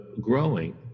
growing